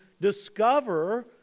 discover